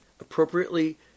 appropriately